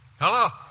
Hello